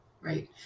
right